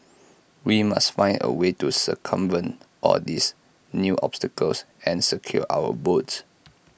we must find A way to circumvent all these new obstacles and secure our votes